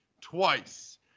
twice